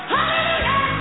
Hallelujah